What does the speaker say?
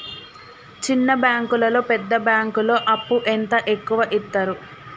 చిన్న బ్యాంకులలో పెద్ద బ్యాంకులో అప్పు ఎంత ఎక్కువ యిత్తరు?